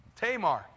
Tamar